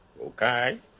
Okay